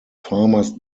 farmers